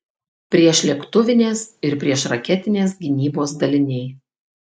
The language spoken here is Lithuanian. priešlėktuvinės ir priešraketinės gynybos daliniai